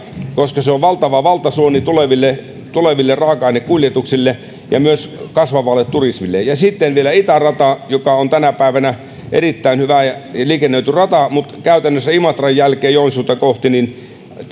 koska se on valtava valtasuoni tuleville tuleville raaka ainekuljetuksille ja myös kasvavalle turismille sitten vielä itärata se on tänä päivänä erittäin hyvä ja liikennöity rata mutta käytännössä imatran jälkeen joensuuta kohti